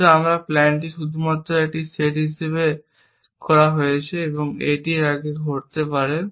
কিন্তু আমাদের প্ল্যানটি শুধুমাত্র একটি সেট হিসাবে সেট করা হয়েছে যে এটি তার আগে ঘটতে হবে